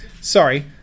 Sorry